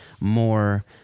more